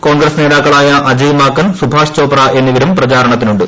കോൺഗ്രസ് നേതാക്കളായ അജയ് മാക്കൻ സുഭാഷ് ചോപ്ര എന്നിവരും പ്രചാരണത്തിനുണ്ട്